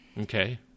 Okay